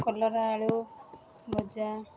କଲରା ଆଳୁ ଭଜା